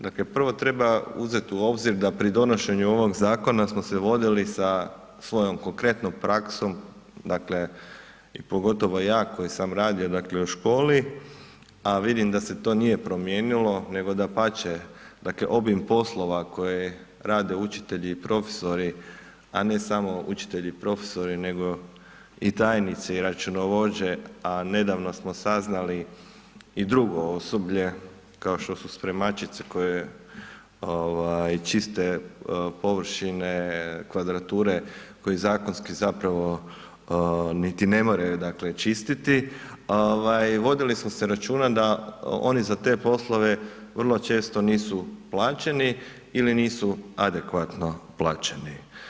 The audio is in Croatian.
Dakle prvo treba uzeti u obzir da pri donošenju ovog zakona smo se vodili sa svojom konkretnom praksom i pogotovo ja koji sam radio u školi, a vidim da se to nije promijenilo, nego dapače, obim poslova koje rade učitelji i profesori, a ne samo učitelji i profesori nego i tajnici i računovođe, a nedavno smo saznali i drugo osoblje kao što su spremačice koje čiste površine kvadrature koji zakonski zapravo niti ne moraju čistiti, vodili smo računa da oni za te poslove vrlo često nisu plaćeni ili nisu adekvatno plaćeni.